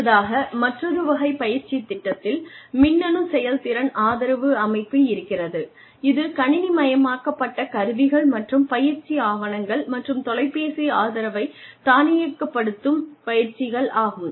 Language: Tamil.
அடுத்ததாக மற்றொரு வகை பயிற்சித் திட்டத்தில் மின்னணு செயல்திறன் ஆதரவு அமைப்பு இருக்கிறது இது கணினிமயமாக்கப்பட்ட கருவிகள் மற்றும் பயிற்சி ஆவணங்கள் மற்றும் தொலைபேசி ஆதரவை தானியக்கப் படுத்தும் பயிற்சிகள் ஆகும்